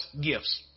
gifts